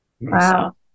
Wow